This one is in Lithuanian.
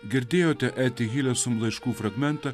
girdėjote etihile sum laiškų fragmentą